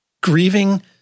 grieving